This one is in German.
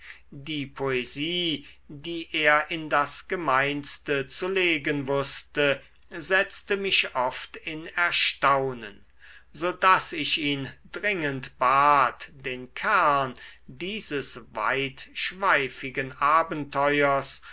die poesie die er in das gemeinste zu legen wußte setzte mich oft in erstaunen so daß ich ihn dringend bat den kern dieses weitschweifigen abenteuers